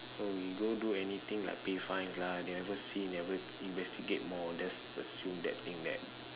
no we go do anything like pay fines lah never see never investigate know just assume that think that